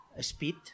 speed